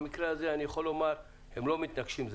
במקרה הזה, הם לא מתנגשים.